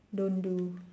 don't do